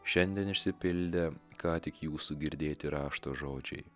šiandien išsipildė ką tik jūsų girdėti rašto žodžiai